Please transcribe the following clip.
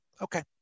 Okay